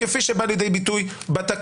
כפי שבא לידי ביטוי בתקנות.